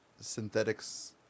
synthetics